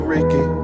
Ricky